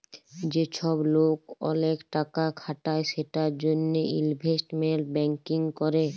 যে চ্ছব লোক ওলেক টাকা খাটায় সেটার জনহে ইলভেস্টমেন্ট ব্যাঙ্কিং ক্যরে